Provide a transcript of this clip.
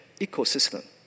ecosystem